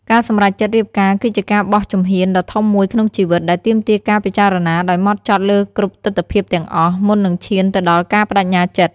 ការសម្រេចចិត្តរៀបការគឺជាការបោះជំហានដ៏ធំមួយក្នុងជីវិត ដែលទាមទារការពិចារណាដោយហ្មត់ចត់លើគ្រប់ទិដ្ឋភាពទាំងអស់ មុននឹងឈានទៅដល់ការប្តេជ្ញាចិត្ត។